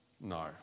No